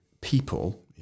people